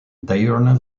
diurnal